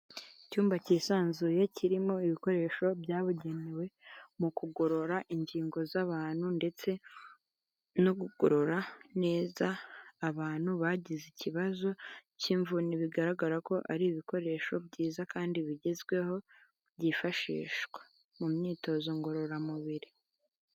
Icyumba cyisanzuye kirimo ibikoresho byabugenewe mu kugorora ingingo z'abantu ndetse no kugorora neza abantu bagize ikibazo cy'imvune bigaragara ko ari ibikoresho byiza kandi bigezweho byifashishwa mu myitozo ngororamubiri.